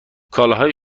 کالاهای